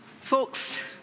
folks